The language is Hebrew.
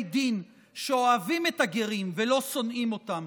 דין שאוהבים את הגרים ולא שונאים אותם.